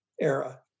Era